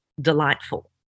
delightful